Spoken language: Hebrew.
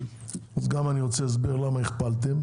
אז גם אני רוצה הסבר למה הכפלתם,